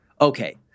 okay